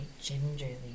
gingerly